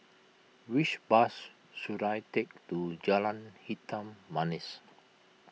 which bus should I take to Jalan Hitam Manis